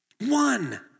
one